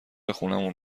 خونمون